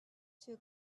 two